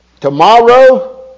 Tomorrow